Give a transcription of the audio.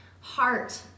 heart